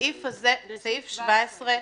הסעיף הזה, סעיף 17,